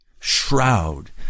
shroud